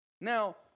Now